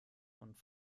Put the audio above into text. und